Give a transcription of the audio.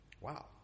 Wow